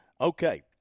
okay